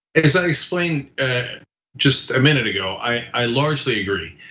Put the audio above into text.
as i explained just a minute ago, i largely agree.